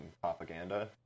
propaganda